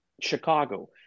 Chicago